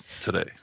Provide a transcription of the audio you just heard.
today